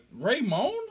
Raymond